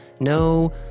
no